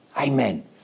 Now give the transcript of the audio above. Amen